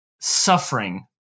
suffering